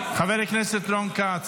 כץ.